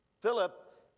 Philip